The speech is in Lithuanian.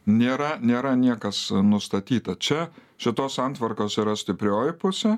nėra nėra niekas nustatyta čia šitos santvarkos yra stiprioji pusė